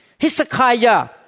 Hezekiah